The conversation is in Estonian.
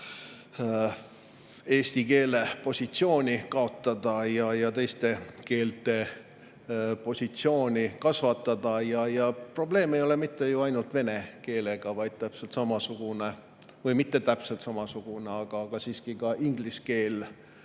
eesti keele positsiooni kaotada ja teiste keelte positsiooni kasvatada. Probleem ei ole ju mitte ainult vene keelega, vaid täpselt samasugune – või mitte täpselt samasugune – [probleem on see,